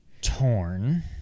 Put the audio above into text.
torn